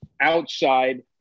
outside